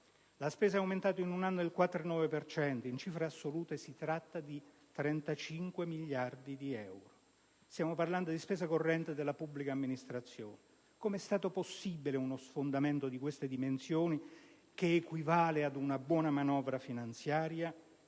La spesa è aumentata in un anno del 4,9 per cento: in cifre assolute si tratta di 35 miliardi di euro. Stiamo parlando di spesa corrente della pubblica amministrazione. Come è stato possibile uno sfondamento di queste dimensioni, che equivale ad una buona manovra finanziaria?